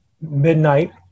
midnight